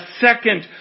second